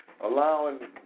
allowing